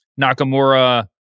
Nakamura